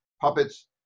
puppets